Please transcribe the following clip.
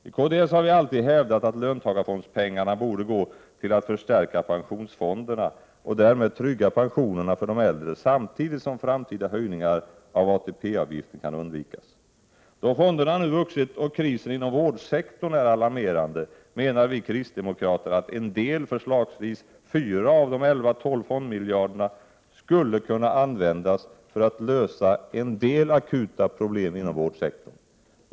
I kds har vi alltid hävdat att löntagarfondspengarna borde gå till att förstärka pensionsfonderna, och därmed trygga pensionerna för de äldre, samtidigt som framtida höjningar av ATP-avgiften kan undvikas. Då fonderna nu vuxit och krisen inom vårdsektorn är alarmerande skulle, menar vi kristdemokrater, en del, förslagsvis 4 av de 11-12 fondmiljarderna, kunna användas för att lösa en del akuta problem inom vårdsektorn.